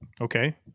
Okay